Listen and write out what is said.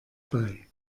bei